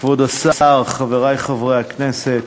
כבוד השר, חברי חברי הכנסת,